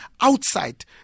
outside